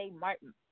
Martin